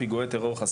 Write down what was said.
פיגועי טרור בעיניי,